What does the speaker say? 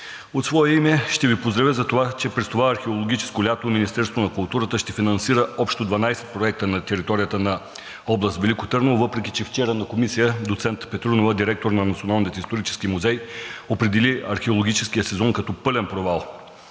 От свое име ще Ви поздравя за това, че през това археологическо лято Министерството на културата ще финансира общо 12 проекта на територията на област Велико Търново, въпреки че вчера на Комисия доцент Петрунова – директор на Националния исторически музей, определи археологическия сезон като пълен провал.